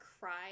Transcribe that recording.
cry